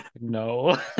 no